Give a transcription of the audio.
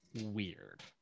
weird